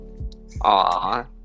Aww